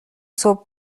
صبح